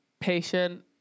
patient